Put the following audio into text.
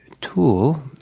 tool